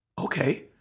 okay